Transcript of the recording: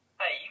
hey